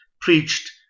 preached